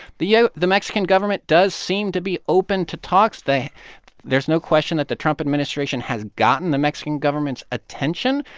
the yeah the mexican government does seem to be open to talks they there's no question that the trump administration has gotten the mexican government's attention,